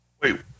Wait